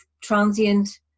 transient